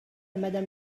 madame